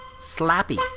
Slappy